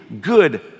good